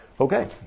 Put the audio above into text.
Okay